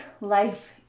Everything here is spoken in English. life